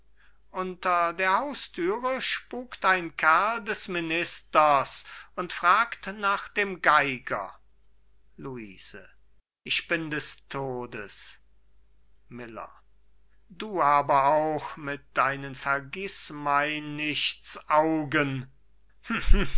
unter der hausthüre spukt ein kerl des ministers und fragt nach dem geiger luise ich bin des todes miller du aber auch mit deinen